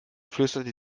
flüsterte